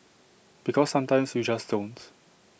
because sometimes you just don't